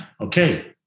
Okay